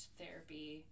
therapy